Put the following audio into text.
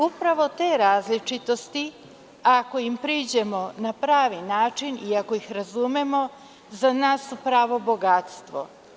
Upravo te različitosti, ako im priđemo na pravi način i ako ih razumemo, za nas su pravo bogatstvo.